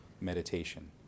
meditation